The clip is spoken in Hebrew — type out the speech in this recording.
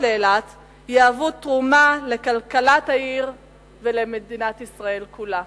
לאילת יהוו תרומה לכלכלת העיר ולמדינת ישראל כולה.